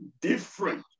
different